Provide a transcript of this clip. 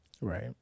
Right